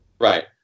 Right